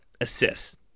assists